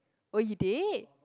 oh you did